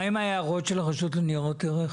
מה עם ההערות של הרשות לניירות ערך?